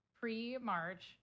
pre-March